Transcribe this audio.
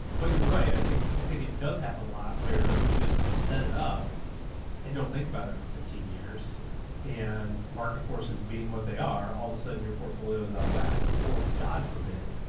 but you're right. i think, i think it does happen a lot where you just set it up and don't think about it for fifteen years and market forces being what they are. all of a sudden your portfolio is out of whack or god forbid,